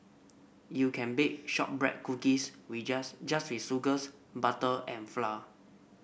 you can bake shortbread cookies we just just with sugars butter and flour